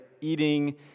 eating